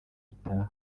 gitaha